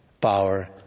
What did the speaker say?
power